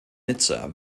nizza